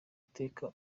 iteka